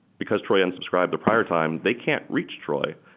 because troy unsubscribed the prior time, they can't reach troy.